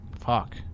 fuck